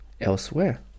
elsewhere